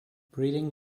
breeding